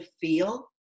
feel